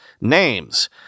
names